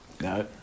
No